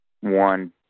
one